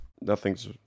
nothing's